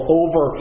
over